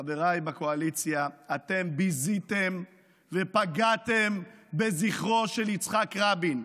חבריי בקואליציה: אתם ביזיתם ופגעתם בזכרו של יצחק רבין.